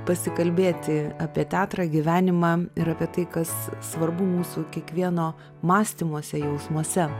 pasikalbėti apie teatrą gyvenimą ir apie tai kas svarbu mūsų kiekvieno mąstymuose jausmuose